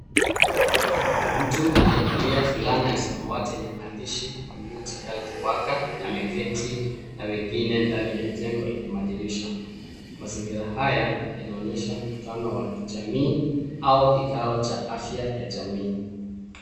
Mtu aliyevalia fulana ya samawati yenye maandishi community health worker ameketi na wengine ndani ya jengo lenye madirisha. Mazingira haya yanaonyesha mkutano wa kijamii au kikao cha afya ya jamii.